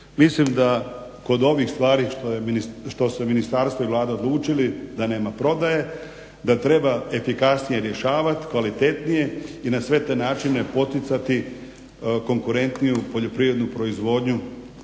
Mislim da kod ovih stvari što se ministarstvo i Vlada odlučili da nema prodaje, da treba efikasnije rješavati, kvalitetnije i na sve te načine poticati konkurentniju poljoprivrednu proizvodnju,